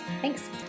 thanks